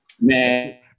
Man